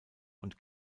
und